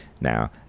Now